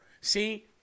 See